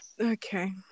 Okay